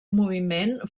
moviment